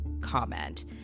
comment